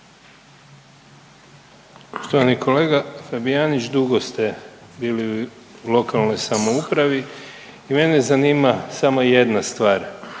Poštovani kolega Fabijanić dugo ste bili u lokalnoj samoupravi i mene zanima samo jedna stvar.